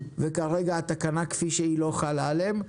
וכרגע התקנה כפי שהיא לא חלה עליהם,